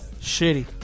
Shitty